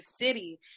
city